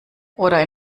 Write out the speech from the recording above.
oder